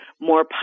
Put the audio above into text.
more